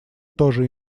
тоже